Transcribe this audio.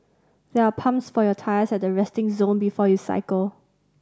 there are pumps for your tyres at the resting zone before you cycle